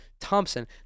Thompson